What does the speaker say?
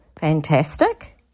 Fantastic